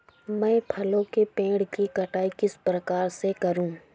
मैं फलों के पेड़ की छटाई किस प्रकार से करूं?